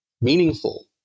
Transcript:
meaningful